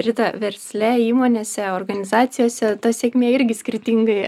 rita versle įmonėse organizacijose ta sėkmė irgi skirtingai